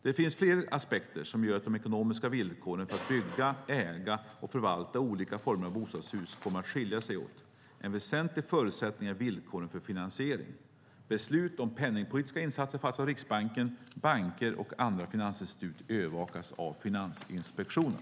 Det finns fler aspekter som gör att de ekonomiska villkoren för att bygga, äga och förvalta olika former av bostadshus kommer att skilja sig åt. En väsentlig förutsättning är villkoren för finansiering. Beslut om penningpolitiska insatser fattas av Riksbanken. Banker och andra finansinstitut övervakas av Finansinspektionen.